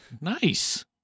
Nice